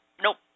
nope